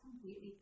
completely